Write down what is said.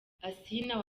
asinah